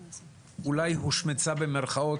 ואתם תשאלו אותי אם אולי אני צריכה רגע כוס מים.